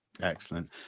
Excellent